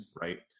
right